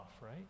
right